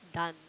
done